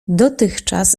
dotychczas